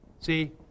See